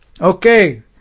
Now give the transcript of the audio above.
Okay